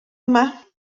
yma